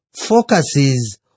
Focuses